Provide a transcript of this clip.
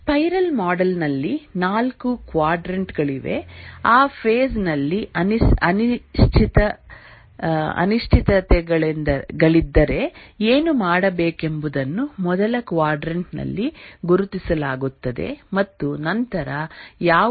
spiral model ನಲ್ಲಿ ನಾಲ್ಕು quadrant ಗಳಿವೆ ಆ ಫೇಸ್ ನಲ್ಲಿ ಅನಿಶ್ಚಿತತೆಗಳಿದ್ದರೆ ಏನು ಮಾಡಬೇಕೆಂಬುದನ್ನು ಮೊದಲ ಕ್ವಾಡ್ರಾಂಟ್ ನಲ್ಲಿ ಗುರುತಿಸಲಾಗುತ್ತದೆ ಮತ್ತು ನಂತರ ಯಾವುದೇ